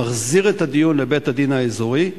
הוא מחזיר את הדיון לבית-הדין האזורי.